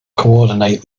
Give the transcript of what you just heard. coordinate